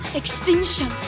extinction